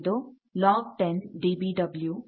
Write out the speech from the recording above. ಇದು log 10 dB W